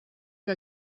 que